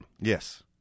Yes